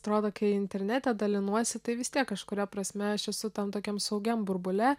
atrodo kai internete dalinuosi tai vis tiek kažkuria prasme aš esu ten tokiam saugiam burbule